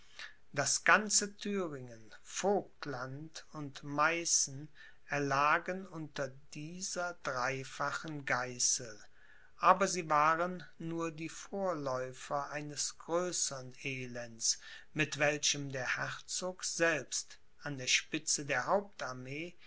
das ganze thüringen voigtland und meißen erlagen unter dieser dreifachen geißel aber sie waren nur die vorläufer eines größern elends mit welchem der herzog selbst an der spitze der